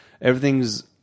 everything's